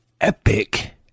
epic